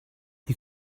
you